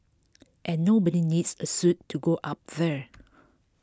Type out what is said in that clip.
and nobody needs a suit to go up there